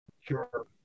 Sure